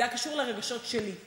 זה היה קשור לרגשות שלי.